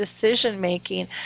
decision-making